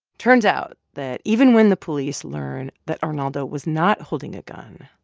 turns out that even when the police learned that arnaldo was not holding a gun,